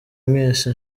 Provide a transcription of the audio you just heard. mwese